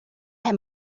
him